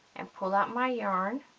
and pull up my yarn